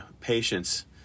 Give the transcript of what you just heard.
patience